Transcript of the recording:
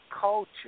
culture